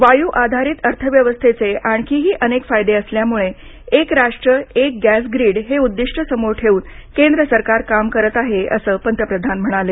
वायू आधारित अर्थ व्यवस्थेचे आणखीही अनेक फायदे असल्यामुळे एक राष्ट्र एक गॅस ग्रीड हे उद्विष्ट समोर ठेवून केंद्र सारकर काम करत आहे असं पंतप्रधान म्हणाले